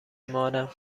مانم